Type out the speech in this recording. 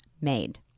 made